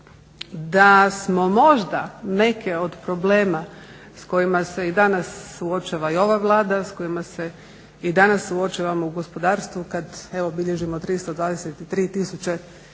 da smo možda neke od problema s kojima se i danas suočava i ova Vlada, s kojima se i danas suočavamo u gospodarstvu kada evo bilježimo 323 tisuće,